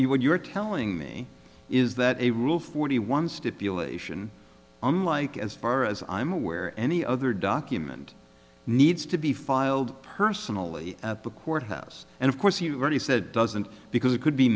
what you're telling me is that a rule forty one stipulation unlike as far as i'm aware any other document needs to be filed personally at the courthouse and of course you already said doesn't because it could be